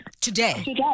today